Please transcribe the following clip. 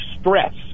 stress